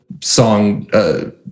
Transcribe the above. song